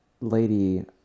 lady